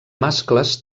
mascles